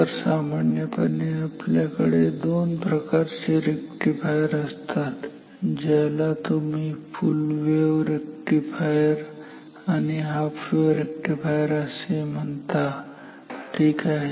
तर सामान्यपणे आपल्याकडे दोन प्रकारचे रेक्टिफायर असतात ज्याला तुम्ही फुल वेव्ह रेक्टिफायर आणि हाफ वेव्ह रेक्टिफायर असे म्हणता ठीक आहे